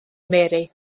mary